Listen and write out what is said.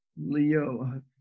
Leo